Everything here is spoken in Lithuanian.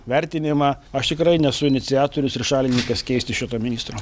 vertinimą aš tikrai nesu iniciatorius ir šalininkas keisti šito ministro